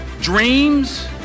dreams